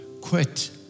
quit